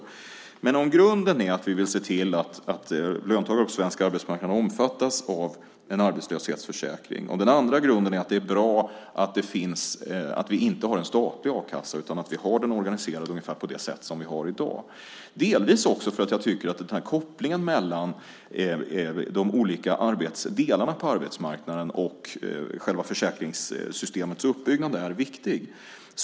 Men grunden för mitt ställningstagande är att vi vill se till att löntagare på den svenska arbetsmarknaden omfattas av en arbetslöshetsförsäkring och den andra grunden är att det är bra att vi inte har en statlig a-kassa utan att vi har den organiserad ungefär på samma sätt som i dag. Delvis är detta också för att jag tycker att kopplingen mellan de olika delarna på arbetsmarknaden och själva försäkringssystemets uppbyggnad är viktig.